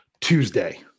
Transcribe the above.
Tuesday